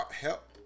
help